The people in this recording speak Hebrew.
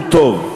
הוא טוב.